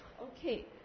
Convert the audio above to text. Okay